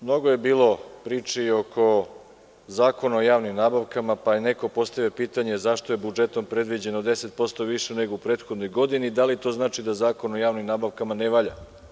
Mnogo je bilo priči oko Zakona o javnim nabavkama pa je neko postavio pitanje zašto je budžetom predviđeno 10% više nego u prethodnoj godini, da li to znači da Zakon o javnim nabavkama ne valja.